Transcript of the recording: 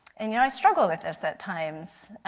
and you know i struggle with this at times.